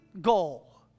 goal